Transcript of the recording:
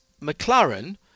McLaren